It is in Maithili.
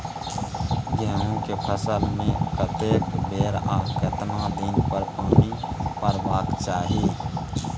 गेहूं के फसल मे कतेक बेर आ केतना दिन पर पानी परबाक चाही?